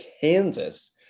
Kansas